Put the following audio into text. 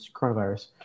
coronavirus